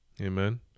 amen